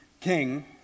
king